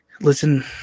Listen